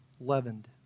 leavened